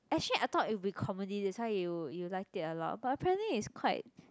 actually I thought it will be comedy that's why you you liked it a lot but apparently it's quite